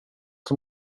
som